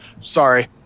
Sorry